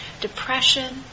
depression